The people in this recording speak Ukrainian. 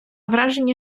враження